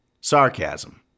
Sarcasm